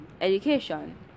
Education